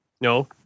No